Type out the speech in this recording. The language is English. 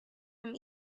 them